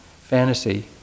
fantasy